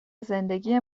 زندگی